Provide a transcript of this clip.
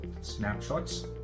snapshots